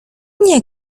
nie